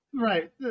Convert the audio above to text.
right